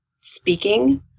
speaking